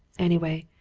anyway,